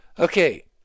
Okay